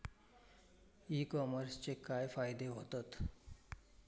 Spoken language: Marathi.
ई कॉमर्सचे काय काय फायदे होतत?